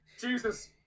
Jesus